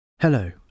Hello